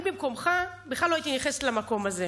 אני במקומך בכלל לא הייתי נכנסת למקום הזה,